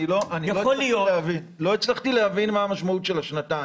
יכול להיות --- לא הצלחתי להבין מה המשמעות של השנתיים.